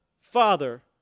Father